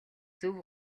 зөв